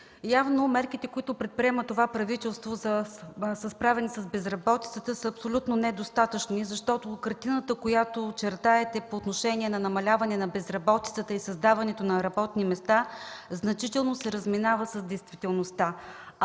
явно мерките, които предприема това правителство за справяне с безработицата, са абсолютно недостатъчни, защото картината, която чертаете по отношение на намаляване на безработицата и създаването на работни места, значително се разминава с действителността.